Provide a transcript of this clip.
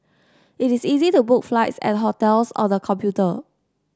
it is easy to book flights and hotels on the computer